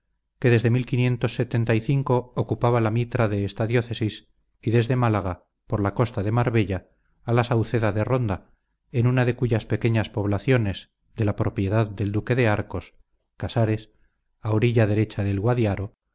don francisco pacheco de córdoba que desde ocupaba la mitra de esta diócesis y desde málaga por la costa de marbella a la sauceda de ronda en una de cuyas pequeñas poblaciones de la propiedad del duque de arcos casares a la orilla derecha del guadiaro